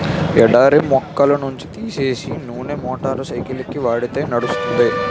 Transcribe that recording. ఎడారి మొక్కల నుంచి తీసే నూనె మోటార్ సైకిల్కి వాడితే నడుస్తుంది